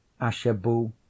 Ashabu